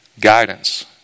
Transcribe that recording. guidance